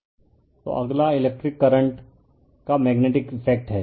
refer slide time 0144 तो अगला electric current का मेग्नेटिक इफ़ेक्ट है